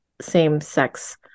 same-sex